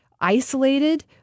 isolated